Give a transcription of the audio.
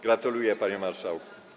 Gratuluję, panie marszałku.